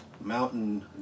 Mountain